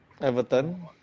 everton